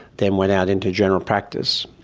then went out into general practice,